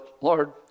Lord